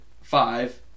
five